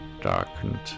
darkened